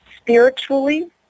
spiritually